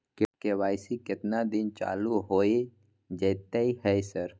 KYC केतना दिन चालू होय जेतै है सर?